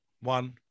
one